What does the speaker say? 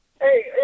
Hey